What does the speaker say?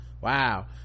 Wow